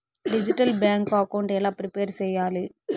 Digital bank account ఎలా prepare సెయ్యాలి?